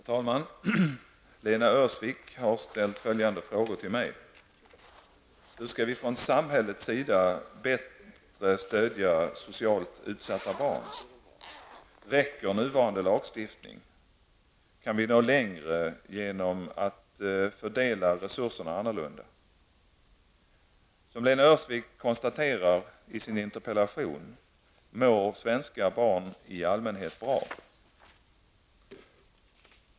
Herr talman! Lena Öhrsvik har ställt följande frågor till mig: 2. Räcker nuvarande lagstiftning? 3. Kan vi nå längre genom att fördela resurserna annorlunda? Som Lena Öhrsvik konstaterar i sin interpellation mår svenska barn i allmänhet bra.